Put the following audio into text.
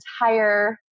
entire